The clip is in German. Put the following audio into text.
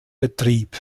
betrieb